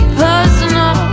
personal